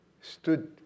stood